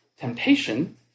temptation